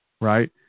Right